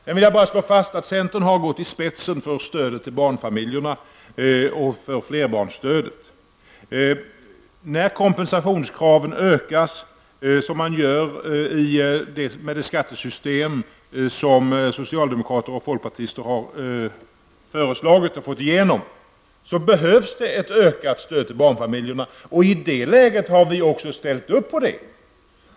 Jag vill bara slå fast att centern har gått i spetsen för stödet till barnfamiljerna och för flerbarnsstödet. När kompensationskraven ökas, vilket blir en följd av det skattesystem som socialdemokrater och folkpartister har fått igenom, behövs det ett ökat stöd till barnfamiljerna. I det läget har vi i centern också ställt oss bakom detta krav.